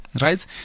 Right